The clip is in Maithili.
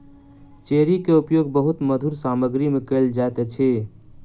चेरी के उपयोग बहुत मधुर सामग्री में कयल जाइत अछि